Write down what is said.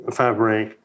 fabric